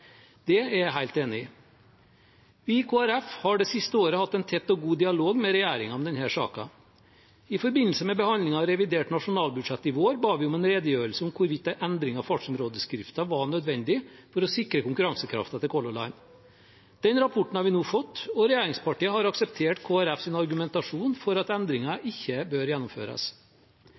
Det er jeg helt enig i. Vi i Kristelig Folkeparti har det siste året hatt en tett og god dialog med regjeringen om denne saken. I forbindelse med behandlingen av revidert nasjonalbudsjett i vår ba vi om en redegjørelse om hvorvidt en endring av fartsområdeforskriften var nødvendig for å sikre konkurransekraften til Color Line. Den rapporten har vi nå fått, og regjeringspartiene har akseptert Kristelig Folkepartis argumentasjon for at endringen ikke bør gjennomføres.